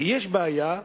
ויש בעיה,